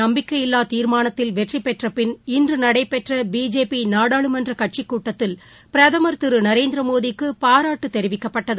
நம்பிக்கையில்லாதீாமானத்தில் வெற்றிபெற்றபின் மக்களவையில் இன்றுநடைபெற்றபிஜேபிநாடாளுமன்றகட்சிக் கூட்டத்தில் பிரதமர் திருநரேந்திரமோடிக்குபாராட்டுதெரிவிக்கப்பட்டது